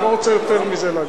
אני לא רוצה להגיד יותר מזה.